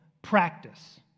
Practice